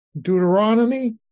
Deuteronomy